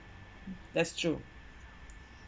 that's true